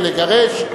ולגרש,